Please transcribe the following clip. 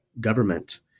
government